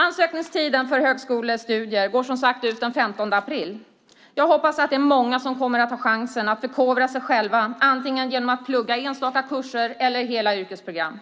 Ansökningstiden för högskolor går ut den 15 april. Jag hoppas att det är många som kommer att ta chansen att förkovra sig själva antingen genom att plugga enstaka kurser eller hela utbildningsprogram.